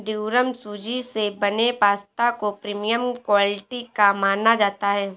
durum सूजी से बने पास्ता को प्रीमियम क्वालिटी का माना जाता है